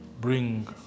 bring